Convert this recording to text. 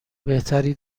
بهتری